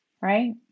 right